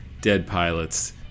deadpilots